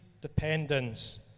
dependence